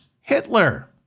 Hitler